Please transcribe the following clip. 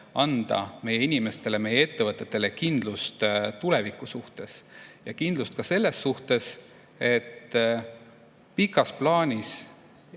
anda meie inimestele, meie ettevõtetele kindlust tuleviku suhtes ja kindlust ka selles suhtes, et pikas plaanis